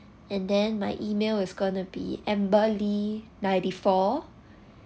and then my email is gonna be amber lee ninety four